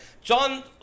John